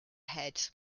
head